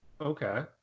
Okay